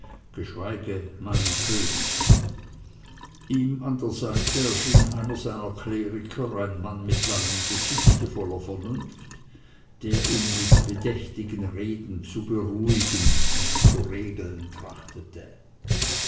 geschweige meinen könig ihm an der seite erschien einer seiner kleriker ein mann mit langem gesichte voller vernunft der ihn mit bedächtigen reden zu beruhigen und zu regeln